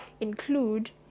include